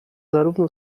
zarówno